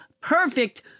perfect